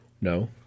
No